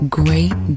great